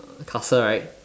castle right